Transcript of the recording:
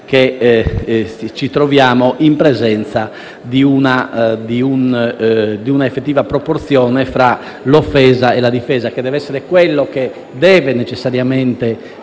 che ci troviamo in presenza di una effettiva proporzione fra l'offesa e la difesa, che deve essere quello che deve necessariamente